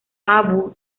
abu